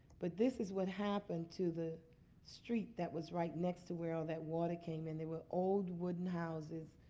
but this is what happened to the street that was right next to where all that water came in. they were old, wooden houses,